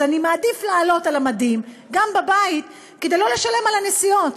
אז אני מעדיף לעלות על המדים גם בבית כדי לא לשלם על הנסיעות.